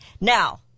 now